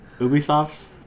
Ubisoft's